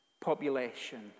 population